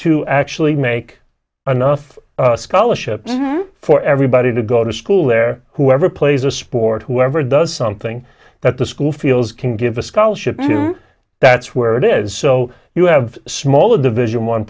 to actually make another scholarship them for everybody to go to school there whoever plays a sport whoever does something that the school feels can give a scholarship that's where it is so you have smaller division one